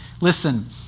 listen